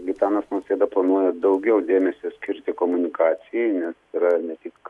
gitanas nausėda planuoja daugiau dėmesio skirti komunikacijai ne yra ne tik